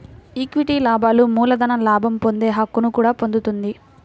equity లాభాలు మూలధన లాభం పొందే హక్కును కూడా పొందుతుంది